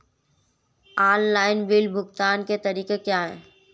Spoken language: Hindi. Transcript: ऑनलाइन बिल भुगतान के तरीके क्या हैं?